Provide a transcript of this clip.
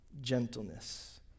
gentleness